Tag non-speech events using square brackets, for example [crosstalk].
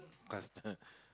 custom [laughs]